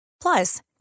Plus